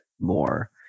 more